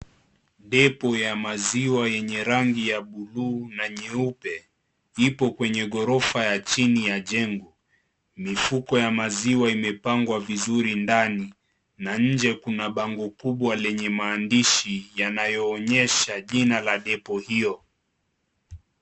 Depot ya maziwa yenye rangi ya bluu na nyeupe ipo kwenye gorofa ya chini ya jengo mifuko ya maziwa imepangwa vizuri ndani na nje kuna bango kubwa lenye maandishi yanayo onyesha jina la depot hiyo.